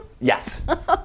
yes